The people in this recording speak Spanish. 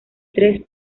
tres